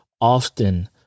often